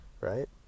right